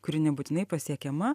kuri nebūtinai pasiekiama